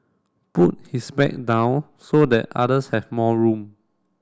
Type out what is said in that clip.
put his bag down so that others have more room